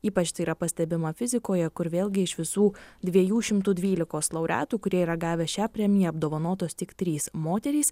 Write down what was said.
ypač tai yra pastebima fizikoje kur vėlgi iš visų dviejų šimtų dvylikos laureatų kurie yra gavę šią premiją apdovanotos tik trys moterys